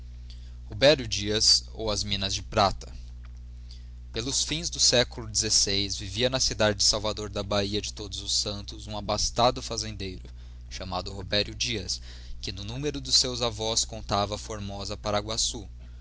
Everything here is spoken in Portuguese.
roberio dias ou as minas de prata pelos fins do século xvi vivia na cidade do salvador da bahia de todos os santos um abastado fazendeiro chamado roberio dias que no numero dos seus avós contava a formosa